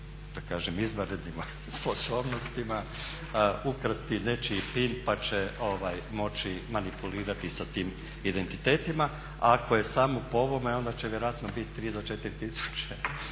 da kažem izvanrednim sposobnostima ukrasti nečiji PIN pa će moći manipulirati sa tim identitetima? A ako je samo po ovome onda će vjerojatno biti 3000 do 4000